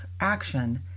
action